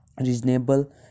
reasonable